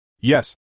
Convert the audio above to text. Yes